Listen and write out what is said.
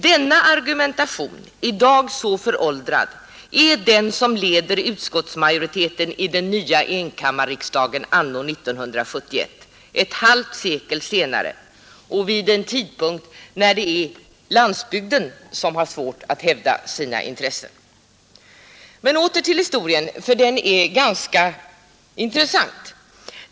Denna argumentation — i dag så föråldrad — är den som leder utskottsmajoriteten i den nya enkammarriksdagen anno 1971, ett halvt sekel senare och vid en tidpunkt när det är landsbygden som har svårt att hävda sina intressen! Men åter till historien; den är ganska intressant.